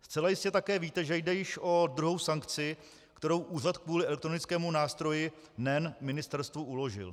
Zcela jistě také víte, že jde již o druhou sankci, kterou Úřad kvůli elektronickému nástroji NEN ministerstvu uložil.